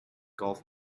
golf